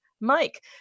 Mike